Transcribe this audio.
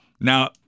Now